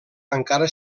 encara